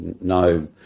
no